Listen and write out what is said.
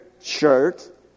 shirt